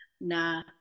na